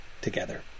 together